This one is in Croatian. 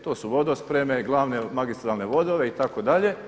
To su vodospreme, glavne magistralne vodove itd.